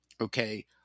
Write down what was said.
okay